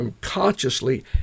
consciously